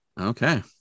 Okay